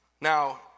Now